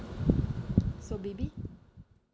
so baby